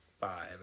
five